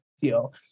deal